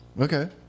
Okay